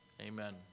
Amen